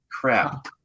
Crap